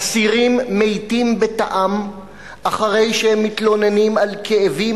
אסירים מתים בתאם אחרי שהם מתלוננים על כאבים